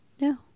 No